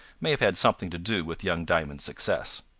may have had something to do with young diamond's success.